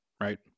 right